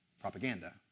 propaganda